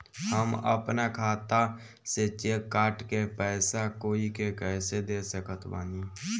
हम अपना खाता से चेक काट के पैसा कोई के कैसे दे सकत बानी?